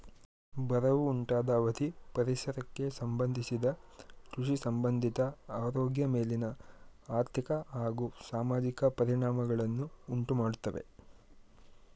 ಬರವು ಉಂಟಾದ ಅವಧಿ ಪರಿಸರಕ್ಕೆ ಸಂಬಂಧಿಸಿದ ಕೃಷಿಸಂಬಂಧಿತ ಆರೋಗ್ಯ ಮೇಲಿನ ಆರ್ಥಿಕ ಹಾಗೂ ಸಾಮಾಜಿಕ ಪರಿಣಾಮಗಳನ್ನು ಉಂಟುಮಾಡ್ತವೆ